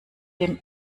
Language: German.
dem